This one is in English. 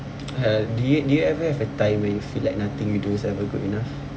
uh do you do you ever have a time where you feel like nothing you do is ever good enough